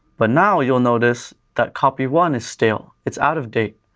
but now, you'll notice that copy one is stale. it's out of date.